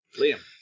Liam